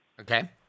Okay